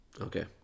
Okay